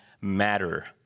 matter